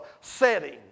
setting